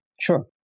Sure